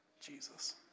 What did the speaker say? Jesus